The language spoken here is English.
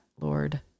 Lord